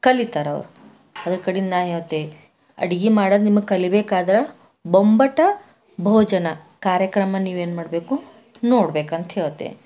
ಕಲಿತಾರವ್ರ ಅದರ ಕಡೆಯಿಂದ ನಾ ಹೇಳ್ತೆ ಅಡುಗೆ ಮಾಡೋದು ನಿಮಗೆ ಕಲಿಬೇಕಾದ್ರ ಬೊಂಬಾಟ್ ಭೋಜನ ಕಾರ್ಯಕ್ರಮ ನೀವೇನು ಮಾಡ್ಬೇಕು ನೋಡ್ಬೇಕಂತ ಹೇಳ್ತೆ